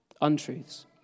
untruths